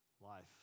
Life